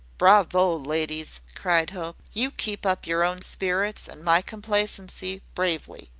bravo, ladies! cried hope. you keep up your own spirits, and my complacency, bravely.